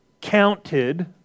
Counted